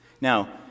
Now